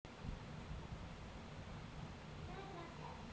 hydroponics চাষের জ্যনহে nutrients দিয়া উচিত যেমল কার্বল, হাইডোরোকার্বল ইত্যাদি